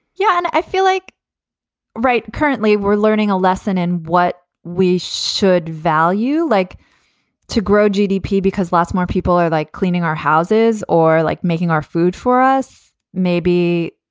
yeah. and i feel like right. currently, we're learning a lesson in what we should value, like to grow gdp because lots more people are like cleaning our houses or like making our food for us maybe.